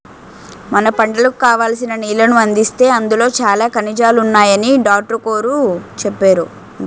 మన పంటలకు కావాల్సిన నీళ్ళను అందిస్తే అందులో చాలా ఖనిజాలున్నాయని డాట్రుగోరు చెప్పేరు